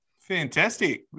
fantastic